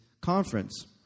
conference